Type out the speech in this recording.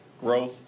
growth